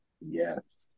Yes